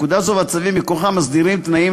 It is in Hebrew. פקודה זו והצווים מכוחה מסדירים תנאים